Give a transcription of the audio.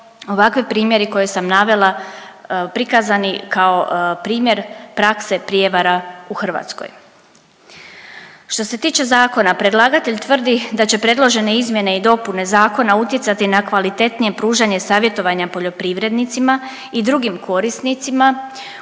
ovakvi primjeri koje sam navela prikazani kao primjer prakse prijevara u Hrvatskoj. Što se tiče zakona, predlagatelj tvrdi da će predložene izmjene i dopune zakona utjecati na kvalitetnije pružanje savjetovanja poljoprivrednicima i drugim korisnicima